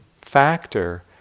factor